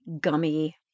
gummy